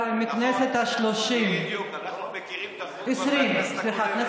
כבר מהכנסת השלושים, עשרים.